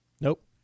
nope